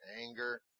Anger